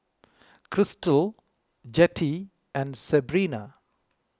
Krystle Jettie and Sebrina